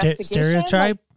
stereotype